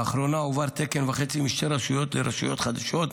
לאחרונה הועבר תקן וחצי משתי רשויות לרשויות חדשות.